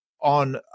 on